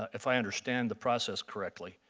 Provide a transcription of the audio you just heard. if i understand the process correctly,